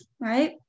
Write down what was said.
right